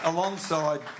Alongside